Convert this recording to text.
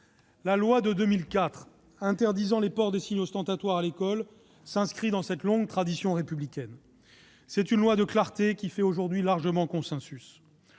La loi de 2004 interdisant le port de signes ostentatoires à l'école s'inscrit dans cette longue tradition républicaine. C'est une loi de clarté qui fait aujourd'hui largement consensus.